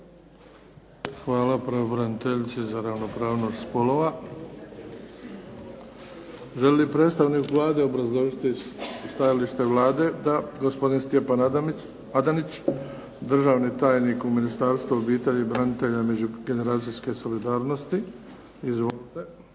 Hvala pravobraniteljici za ravnopravnost spolova. Želi li predstavnik Vlade obrazložiti stajalište Vlade? Da. Gospodin Stjepan Adanić, državni tajnik u Ministarstvu obitelji, branitelja i međugeneracijske solidarnosti. Izvolite.